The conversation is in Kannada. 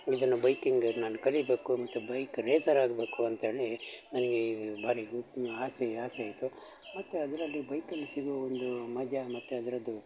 ಇದನ್ನು ಬೈಕಿಂಗ್ ನಾನ್ ಕಲಿಯಬೇಕು ಮತ್ತು ಬೈಕ್ ರೇಸರ್ ಆಗಬೇಕು ಅಂತೇಳಿ ನನಗೆ ಭಾರಿ ಆಸೆ ಆಸೆ ಆಯಿತು ಮತ್ತು ಅದರಲ್ಲಿ ಬೈಕಲ್ಲಿ ಸಿಗೋ ಒಂದು ಮಜಾ ಮತ್ತು ಅದರದ್ದು